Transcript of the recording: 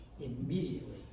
immediately